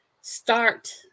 start